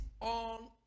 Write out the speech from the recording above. on